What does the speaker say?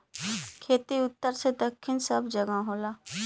खेती उत्तर से दक्खिन सब जगह होला